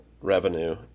revenue